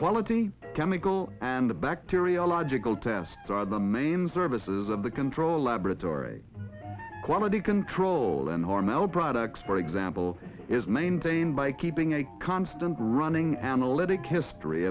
quality chemical and bacteriological tests are the main services of the control laboratory quality control and hormel products for example is maintained by keeping a constant running analytic history